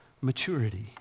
maturity